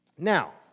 Now